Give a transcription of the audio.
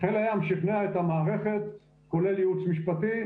שחיל הים שכנע את המערכת, כולל ייעוץ משפטי,